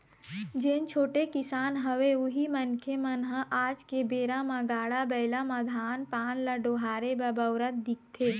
जेन छोटे किसान हवय उही मनखे मन ह आज के बेरा म गाड़ा बइला म धान पान ल डोहारे बर बउरत दिखथे